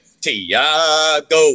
Tiago